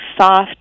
soft